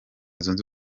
zunze